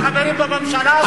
אתם חברים בממשלה הזאת,